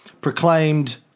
proclaimed